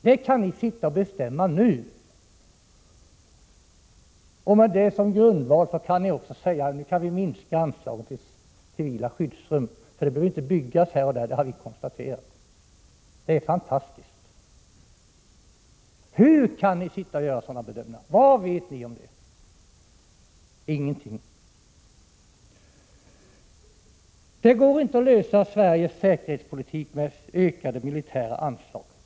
Det kan ni sitta och bestämma nu, och med detta som grundval säger ni också att det går att minska anslagen till byggande av civila skyddsrum, för ni har konstaterat att det inte behövs några sådana på vissa platser! Det är fantastiskt. Hur kan ni göra sådan bedömningar? Vad vet ni om detta? Ingenting! Det går inte att klara Sveriges säkerhetspolitik genom ökade militära anslag.